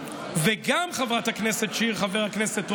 גם, חברת הכנסת שיר וחבר הכנסת רול,